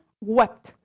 wept